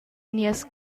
nies